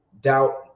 doubt